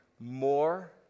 more